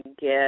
get